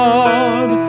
God